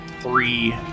three